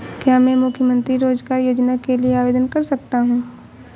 क्या मैं मुख्यमंत्री रोज़गार योजना के लिए आवेदन कर सकता हूँ?